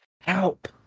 Help